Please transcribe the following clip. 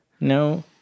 No